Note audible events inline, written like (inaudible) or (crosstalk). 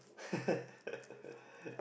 (laughs)